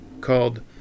called